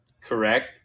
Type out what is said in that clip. Correct